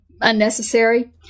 unnecessary